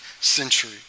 century